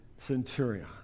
centurion